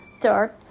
Third